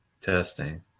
testing